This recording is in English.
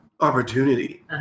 opportunity